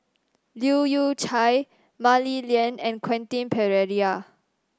Leu Yew Chye Mah Li Lian and Quentin Pereira